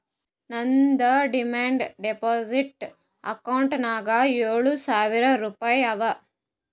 ನಂದ್ demand deposit ಅಕೌಂಟ್ನಾಗ್ ಏಳ್ ಸಾವಿರ್ ರುಪಾಯಿ ಅವಾ